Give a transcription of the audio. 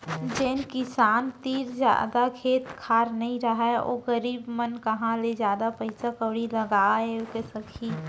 जेन किसान तीर जादा खेत खार नइ रहय ओ गरीब मन कहॉं ले जादा पइसा कउड़ी लगाय सकहीं